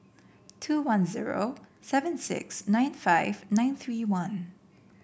two one zero seven six nine five nine three one